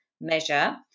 measure